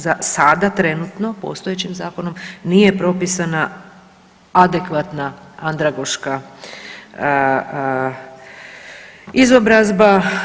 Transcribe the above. Za sada trenutno postojećim zakonom nije propisana adekvatna andragoška izobrazba.